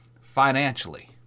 financially